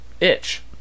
itch